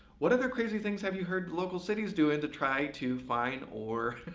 what other crazy things have you heard local city is doing to try to fine or